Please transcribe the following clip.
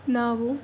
ನಾವು